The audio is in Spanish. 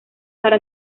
para